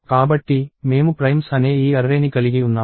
కాబట్టి మేము ప్రైమ్స్ అనే ఈ అర్రేని కలిగి ఉన్నాము